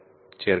சேர்க்கலாம்